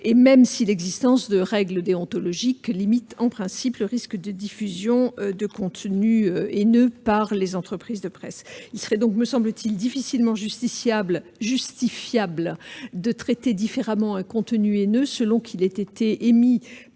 même si l'existence de règles déontologiques limite, en principe, le risque de diffusion de contenus haineux par les entreprises de presse. Il serait donc, me semble-t-il, difficilement justifiable de traiter différemment un contenu haineux selon qu'il a été ou